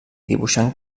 dibuixant